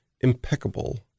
Impeccable